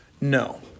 No